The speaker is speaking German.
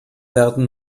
werden